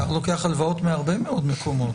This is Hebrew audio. האוצר לוקח הלוואות מהרבה מאוד מקומות,